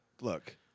Look